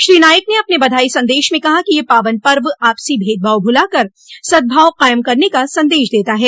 श्री नाईक ने अपने बधाई संदेश में कहा है कि यह पावन पर्व आपसी भेदभाव भुलाकर सद्भाव कायम करने का संदेश देता है